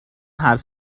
حرف